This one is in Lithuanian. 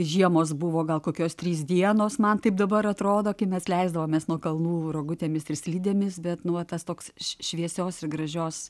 žiemos buvo gal kokios trys dienos man taip dabar atrodo kai mes leisdavomės nuo kalnų rogutėmis ir slidėmis bet nu va tas toks šviesios ir gražios